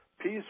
Peace